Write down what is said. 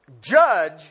Judge